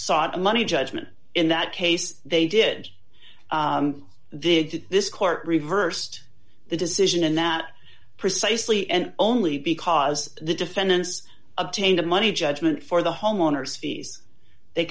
sought money judgment in that case they did they did this court reversed the decision in that precisely and only because the defendants obtained a money judgment for the homeowners fees they